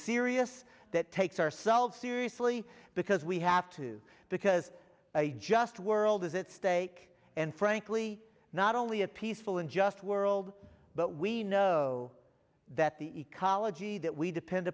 serious that takes ourselves seriously because we have to because a just world is at stake and frankly not only a peaceful and just world but we know that the ecology that we depend